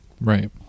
Right